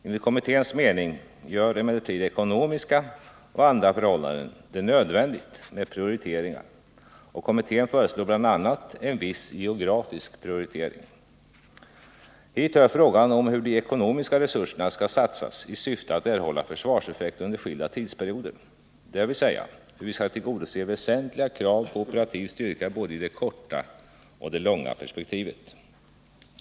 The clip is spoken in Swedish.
Enligt kommitténs mening gör emellertid ekonomiska och andra förhållanden det nödvändigt med prioriteringar, och kommittén föreslår bl.a. en viss geografisk prioritering. Hit hör frågan om hur de ekonomiska resurserna skall satsas i syfte att erhålla försvarseffekt under skilda tidsperioder, dvs. hur vi skall tillgodose väsentliga krav på operativ styrka både i det korta och i det långa perspektivet.